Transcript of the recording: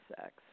sex